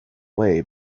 way